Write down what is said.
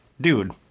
dude